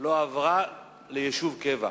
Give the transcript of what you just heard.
לא עברה ליישוב קבע.